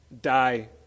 Die